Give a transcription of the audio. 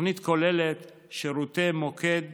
התוכנית כוללת שירותי מוקד